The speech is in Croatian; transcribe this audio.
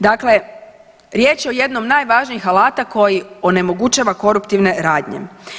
Dakle, riječ je o jednom od najvažnijih alata koji onemogućava koruptivne radnje.